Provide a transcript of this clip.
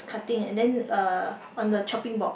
cutting and then uh on the chopping board